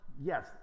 Yes